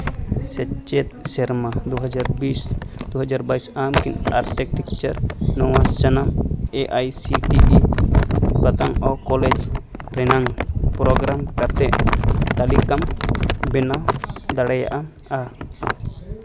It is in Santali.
ᱥᱮᱪᱮᱫ ᱥᱮᱨᱢᱟ ᱫᱩ ᱦᱟᱡᱟᱨ ᱵᱤᱥ ᱫᱩ ᱦᱟᱡᱟᱨ ᱵᱟᱭᱤᱥ ᱟᱢ ᱟᱨᱴᱮᱠᱴᱮᱠᱪᱟᱨ ᱱᱚᱣᱟ ᱥᱟᱱᱟᱢ A I C T E ᱵᱟᱛᱟᱣᱚᱜ ᱠᱚᱞᱮᱡᱽ ᱨᱮᱱᱟᱝ ᱯᱨᱳᱜᱨᱟᱢ ᱠᱟᱛᱮᱫ ᱛᱟᱹᱞᱤᱠᱟᱢ ᱵᱮᱱᱟᱣ ᱫᱟᱲᱮᱭᱟᱜᱼᱟ